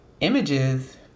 images